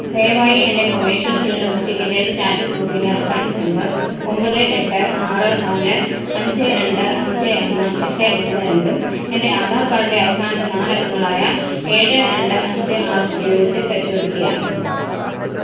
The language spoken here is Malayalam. ദയവായി എന്റെ കൊമേർഷ്യൽ സിലിണ്ടർ ബുക്കിങ്ങിന്റെ സ്റ്റാറ്റസ് ബുക്കിങ് റഫറൻസ് നമ്പർ ഒമ്പത് എട്ട് ആറ് നാല് അഞ്ച് രണ്ട് അഞ്ച് ഒന്ന് എട്ട് മൂന്ന് രണ്ടും എന്റെ ആധാർക്കാഡിന്റെ അവസാനത്തെ നാല് അക്കങ്ങളായ ഏഴ് രണ്ട് അഞ്ച് ആറും ഉപയോഗിച്ച് പരിശോധിക്കുക